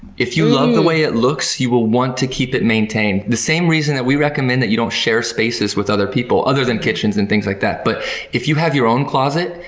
if you love the way it looks, you will want to keep it maintained. the same reason that we recommend that you don't share spaces with other people other than kitchens and things like that. but if you have your own closet,